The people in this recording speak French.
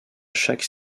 chaque